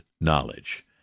knowledge